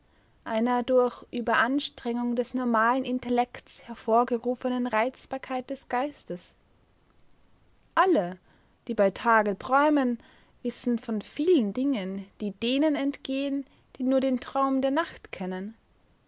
einer durch überanstrengung des normalen intellekts hervorgerufenen reizbarkeit des geistes alle die bei tage träumen wissen von vielen dingen die denen entgehen die nur den traum der nacht kennen